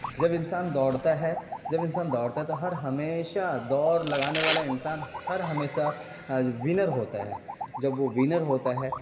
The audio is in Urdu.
جب انسان دوڑتا ہے جب انسان دوڑتا ہے تو ہر ہمیشہ دوڑ لگانے والا انسان ہر ہمیشہ ونر ہوتا ہے جب وہ ونر ہوتا ہے